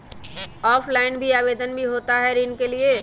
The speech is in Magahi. ऑफलाइन भी आवेदन भी होता है ऋण के लिए?